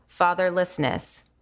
fatherlessness